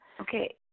Okay